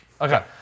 Okay